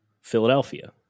Philadelphia